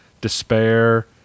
despair